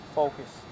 focus